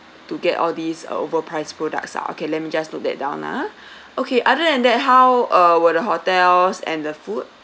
to get all these uh overpriced products ah okay let me just note that down ah okay other than that how uh were the hotels and the food